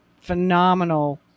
phenomenal